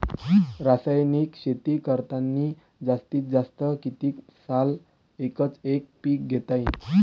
रासायनिक शेती करतांनी जास्तीत जास्त कितीक साल एकच एक पीक घेता येईन?